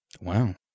Wow